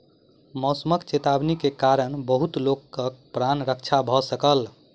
मौसमक चेतावनी के कारण बहुत लोकक प्राण रक्षा भ सकल